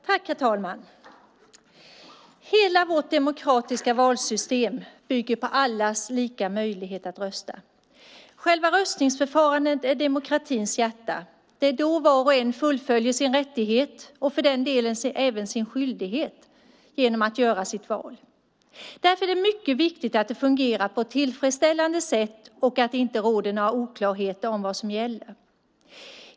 Herr talman! Hela vårt demokratiska valsystem bygger på allas lika möjlighet att rösta. Själva röstningsförfarandet är demokratins hjärta. Det är då var och en fullföljer sin rättighet och för den delen även sin skyldighet genom att göra sitt val. Därför är det mycket viktigt att detta fungerar på ett tillfredsställande sätt och att det inte råder några oklarheter om vad som gäller.